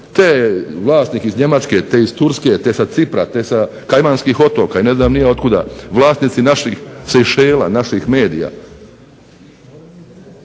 te vlasnik iz Njemačke te iz Turske te sa Cipra te sa Kajmanskih otoka i ne znam ni ja otkuda, vlasnici Sejšela naših medija.